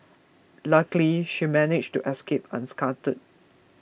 luckily she managed to escape unscathed